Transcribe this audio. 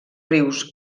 rius